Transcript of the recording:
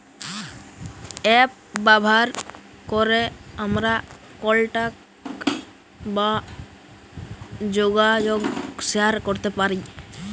app ব্যাভার ক্যরে আমরা কলটাক বা জ্যগাজগ শেয়ার ক্যরতে পারি